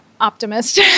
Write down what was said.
optimist